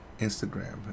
Instagram